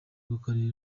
rw’akarere